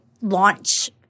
launch